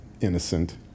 innocent